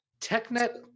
technet